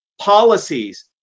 Policies